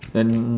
then